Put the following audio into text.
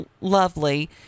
lovely